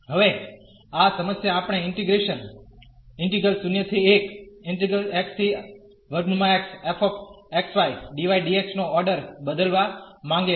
હવે આ સમસ્યા આપણે ઇન્ટિગ્રેશન નો ઓર્ડર બદલવા માંગીએ છીએ